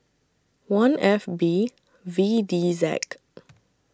one F B V D Z